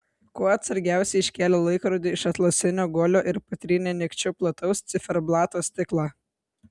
kuo atsargiausiai iškėlė laikrodį iš atlasinio guolio ir patrynė nykščiu plataus ciferblato stiklą